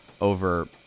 over